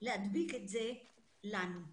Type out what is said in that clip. להדביק את זה לנו.